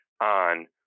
on